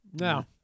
No